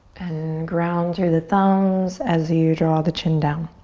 and ground through the thumbs as you draw the chin down.